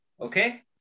Okay